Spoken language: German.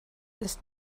ist